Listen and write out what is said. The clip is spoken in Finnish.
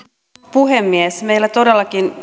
puhemies meillä todellakin